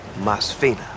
Masfina